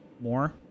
more